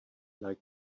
like